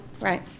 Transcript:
Right